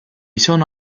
sono